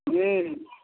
हूँ